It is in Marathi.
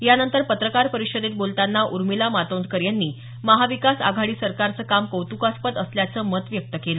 यानंतर पत्रकार परिषदेत बोलताना उर्मिला मातोंडकर यांनी महाविकास आघाडी सरकारचं काम कौतुकास्पद असल्याचं मत व्यक्त केलं